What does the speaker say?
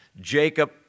Jacob